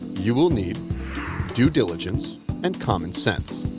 you will need due diligence and common sense.